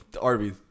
Arby's